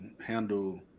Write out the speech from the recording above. handle